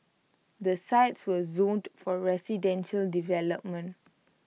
the sites were zoned for residential development